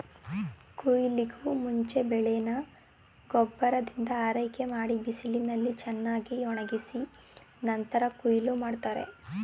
ಕುಯ್ಲಿಗೂಮುಂಚೆ ಬೆಳೆನ ಗೊಬ್ಬರದಿಂದ ಆರೈಕೆಮಾಡಿ ಬಿಸಿಲಿನಲ್ಲಿ ಚೆನ್ನಾಗ್ಒಣುಗ್ಸಿ ನಂತ್ರ ಕುಯ್ಲ್ ಮಾಡ್ತಾರೆ